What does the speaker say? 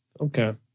Okay